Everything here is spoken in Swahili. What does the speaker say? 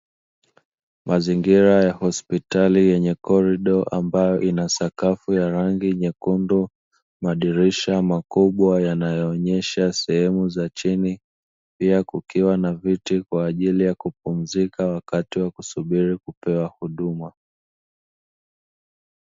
Mazingira ya hospitali yenye korido ambayo ina sakafu ya rangi nyekundu, madirisha makubwa yanayoonyesha sehemu za pia kukiwa na viti vya kupumzika wakati wa kupewa huduma.